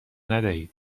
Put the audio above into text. ندهید